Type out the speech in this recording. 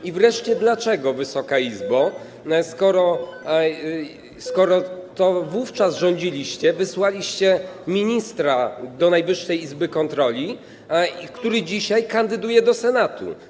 I wreszcie dlaczego, Wysoka Izbo, skoro wówczas rządziliście, wysłaliście ministra do Najwyższej Izby Kontroli, który dzisiaj kandyduje do Senatu?